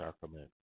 sacrament